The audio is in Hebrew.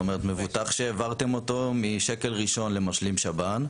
זאת אומרת מבוטח שהעברתם אותו משקל ראשון למשלים שב"ן,